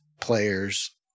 players